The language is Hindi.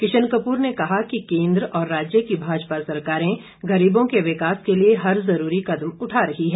किशन कपूर ने कहा कि केन्द्र और राज्य की भाजपा सरकारें गरीबों के विकास के लिए हर ज़रूरी कदम उठा रही है